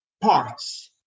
parts